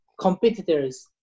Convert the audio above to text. competitors